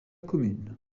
commune